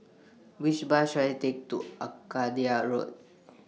Which Bus should I Take to Arcadia Road